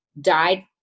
died